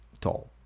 tall